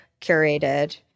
curated